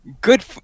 good